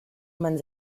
man